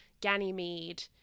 Ganymede